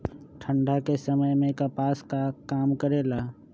ठंडा के समय मे कपास का काम करेला?